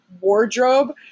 wardrobe